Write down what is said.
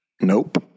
Nope